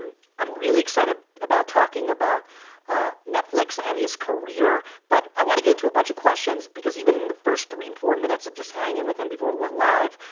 and i'm real excited about talking about netflix and his career, but i want to get into a bunch of questions, because even the first three and four minutes of just hanging with him before we went live,